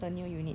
are doing